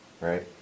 right